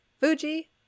fuji